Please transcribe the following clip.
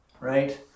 Right